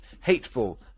hateful